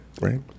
right